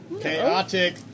Chaotic